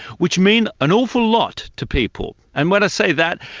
which mean an awful lot to people. and when i say that,